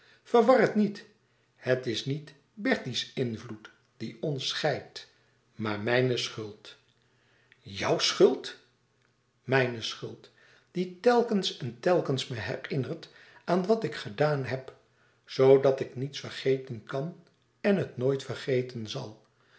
het niet het is niet bertie's invloed die ons scheidt maar mijne schuld jouw schuld mijne schuld die telkens en telkens me herinnert aan wat ik gedaan heb zoodat ik niets vergeten kan en het nooit vergeten zal